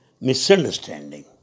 misunderstanding